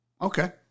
Okay